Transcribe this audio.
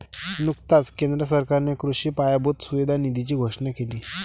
नुकताच केंद्र सरकारने कृषी पायाभूत सुविधा निधीची घोषणा केली